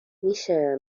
میشه